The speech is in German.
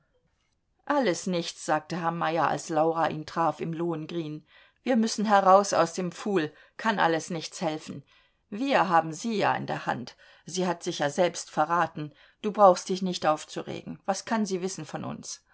alles nichts sagte herr meyer als laura ihn traf im lohengrin wir müssen heraus aus dem pfuhl kann alles nichts helfen wir haben sie ja in der hand sie hat sich ja selbst verraten du brauchst dich nicht aufzuregen was kann sie wissen von uns